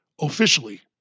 officially